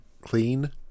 clean